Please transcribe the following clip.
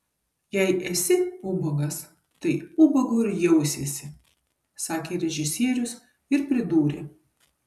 jei esi ubagas tai ubagu ir jausiesi sakė režisierius ir pridūrė